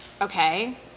okay